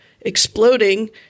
exploding